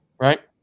Right